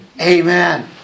Amen